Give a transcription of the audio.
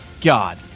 God